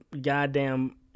goddamn